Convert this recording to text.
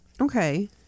Okay